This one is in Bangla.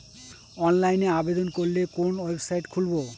অনলাইনে আবেদন করলে কোন ওয়েবসাইট খুলব?